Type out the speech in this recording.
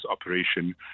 operation